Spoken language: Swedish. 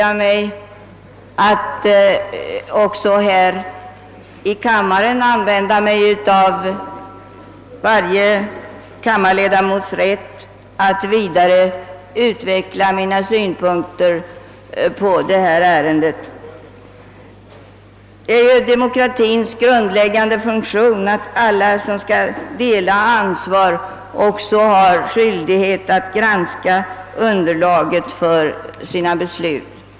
Jag tillåter mig även att begagna den rätt som tillkommer varje ledamot av kammaren och här vidare utveckla mina synpunkter på ärendet. En av demokratiens grundläggande funktioner är ju att alla som skall dela ett ansvar också har skyldighet att granska underlaget för sina beslut.